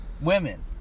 Women